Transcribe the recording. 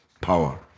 power